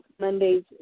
Mondays